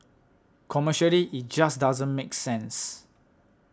commercially it just doesn't make sense